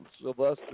Sylvester